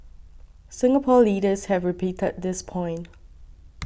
Singapore leaders have repeated this point